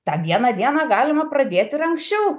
tą dieną dieną galima pradėt ir anksčiau